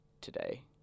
today